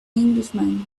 englishman